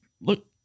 look